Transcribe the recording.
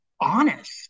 honest